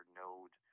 node